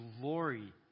glory